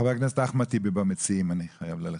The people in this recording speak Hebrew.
חברות הכנסת ביטון ומזרסקי הגיעו לכאן.